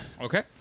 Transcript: Okay